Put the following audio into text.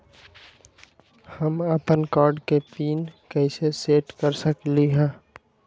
हम अपन कार्ड के पिन कैसे सेट कर सकली ह?